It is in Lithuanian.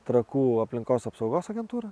trakų aplinkos apsaugos agentūra